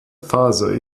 phase